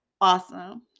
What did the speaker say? awesome